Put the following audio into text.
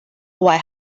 white